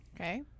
Okay